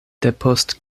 depost